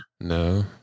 No